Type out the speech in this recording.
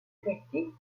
sculpté